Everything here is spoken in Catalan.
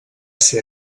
ser